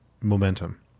momentum